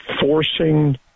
forcing